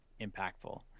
impactful